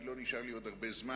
כי לא נשאר לי עוד הרבה זמן,